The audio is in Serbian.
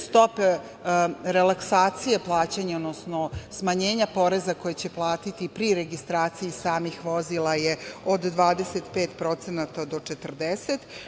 Stope relaksakcije plaćanja, odnosno smanjenja poreza koji će platiti pri registraciji samih vozila je od 25% do 40%